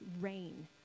rain